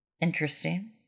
interesting